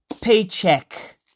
paycheck